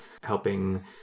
helping